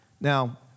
Now